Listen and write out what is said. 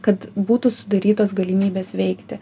kad būtų sudarytos galimybės veikti